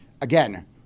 again